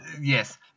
Yes